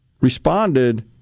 responded